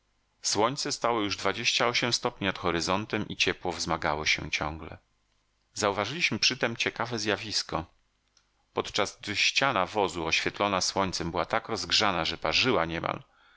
słońce stało już nad horyzontem i ciepło wzmagało się ciągle zauważyliśmy przytem ciekawe zjawisko podczas gdy ściana wozu oświetlona słońcem była tak rozgrzana że parzyła niemal